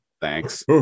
Thanks